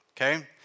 Okay